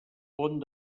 pont